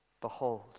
Behold